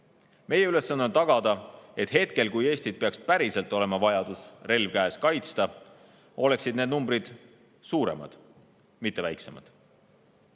Meie ülesanne on tagada, et hetkel, kui peaks päriselt olema vajadus Eestit, relv käes, kaitsta, oleksid need numbrid suuremad, mitte väiksemad.